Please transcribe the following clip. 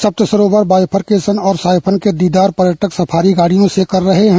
सप्त सरोवर बायफरकेशन और सायफन के दीदार पर्यटक सफारी गाड़ियों से कर रहे हैं